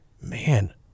man